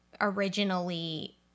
originally